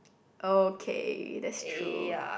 okay that's true